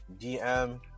dm